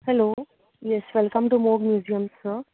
hello yes welcome to MOG museum sir